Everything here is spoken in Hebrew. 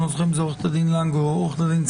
אני לא זוכר אם זה עו"ד לנג או עו"ד צימרמן,